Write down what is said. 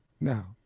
Now